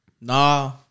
Nah